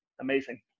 amazing